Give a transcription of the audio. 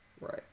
right